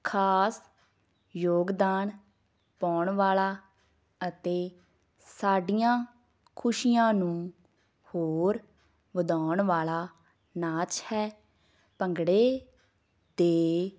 ਖਾਸ ਯੋਗਦਾਨ ਪਾਉਣ ਵਾਲਾ ਅਤੇ ਸਾਡੀਆਂ ਖੁਸ਼ੀਆਂ ਨੂੰ ਹੋਰ ਵਧਾਉਣ ਵਾਲਾ ਨਾਚ ਹੈ ਭੰਗੜੇ ਦੇ